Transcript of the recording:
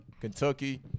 kentucky